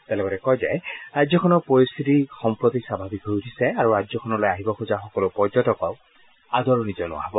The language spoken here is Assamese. তেওঁ লগতে কয় যে ৰাজ্যখনৰ পৰিস্থিতি সম্প্ৰতি স্বাভাৱিক হৈ উঠিছে আৰু ৰাজ্যখনলৈ আহিব খোজা সকলো পৰ্যটকক আদৰণি জনোৱা হব